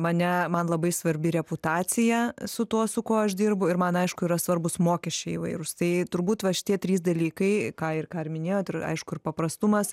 mane man labai svarbi reputacija su tuo su kuo aš dirbu ir man aišku yra svarbūs mokesčiai įvairūs tai turbūt va šitie trys dalykai ką ir ką ir minėjot ir aišku ir paprastumas